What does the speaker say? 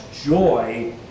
joy